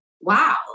wow